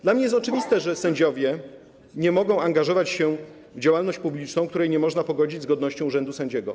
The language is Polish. Dla mnie jest oczywiste, że sędziowie nie mogą angażować się w działalność publiczną, której nie można pogodzić z godnością urzędu sędziego.